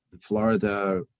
Florida